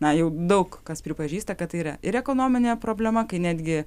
na jau daug kas pripažįsta kad tai yra ir ekonominė problema kai netgi